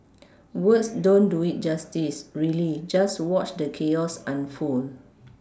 words don't do it justice really just watch the chaos unfold